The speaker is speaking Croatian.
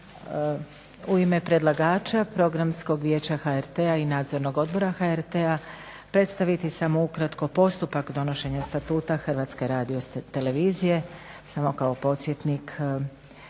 u ime predlagača Programskog vijeća HRT-a i Nadzornog odbora HRT-a predstaviti samo ukratko postupak donošenja Statuta Hrvatske radiotelevizije. Samo kao podsjetnik